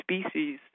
species